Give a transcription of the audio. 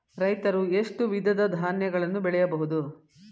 ರೈತರು ಎಷ್ಟು ವಿಧದ ಧಾನ್ಯಗಳನ್ನು ಬೆಳೆಯಬಹುದು?